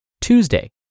Tuesday